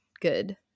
good